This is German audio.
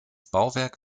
bauwerk